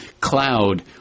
Cloud